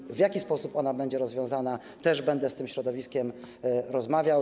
O tym, w jaki sposób ona będzie rozwiązana, też będę z tym środowiskiem rozmawiał.